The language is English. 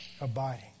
abiding